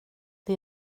det